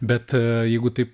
bet a jeigu taip